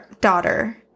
daughter